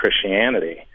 Christianity